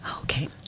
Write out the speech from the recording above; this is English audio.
Okay